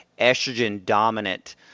estrogen-dominant